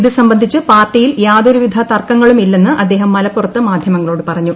ഇത് സംബന്ധിച്ച് പാർട്ടിയിൽ യാതൊരുവിധ തർക്കങ്ങളും ഇല്ലെന്ന് അദ്ദേഹം മലപ്പുറത്ത് മാധ്യമങ്ങളോട് പറഞ്ഞു